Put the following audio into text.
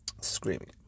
screaming